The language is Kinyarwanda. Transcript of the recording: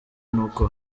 nuko